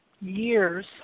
years